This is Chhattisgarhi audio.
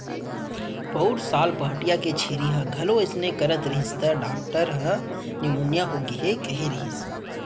पउर साल पहाटिया के छेरी ह घलौ अइसने करत रहिस त डॉक्टर ह निमोनिया होगे हे कहे रहिस